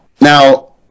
Now